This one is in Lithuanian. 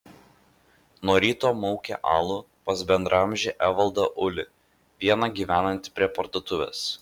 nuo ryto maukė alų pas bendraamžį evaldą ulį vieną gyvenantį prie parduotuvės